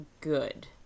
good